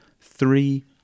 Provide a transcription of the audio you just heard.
three